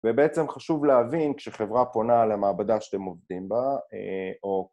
ובעצם חשוב להבין, כשחברה פונה למעבדה שאתם עובדים בה, או...